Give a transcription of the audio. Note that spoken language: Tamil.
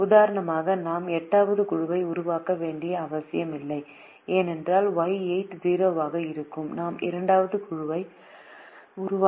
உதாரணமாக நாம் 8 வது குழுவை உருவாக்க வேண்டிய அவசியம் இல்லை என்றால் Y8 0 ஆக இருக்கும் நாம் இரண்டாவது குழுவை உருவாக்க வேண்டும் என்றால் Y2 1